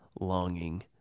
longing